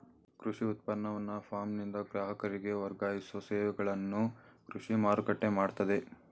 ಕೃಷಿ ಉತ್ಪನ್ನವನ್ನ ಫಾರ್ಮ್ನಿಂದ ಗ್ರಾಹಕರಿಗೆ ವರ್ಗಾಯಿಸೋ ಸೇವೆಗಳನ್ನು ಕೃಷಿ ಮಾರುಕಟ್ಟೆ ಮಾಡ್ತದೆ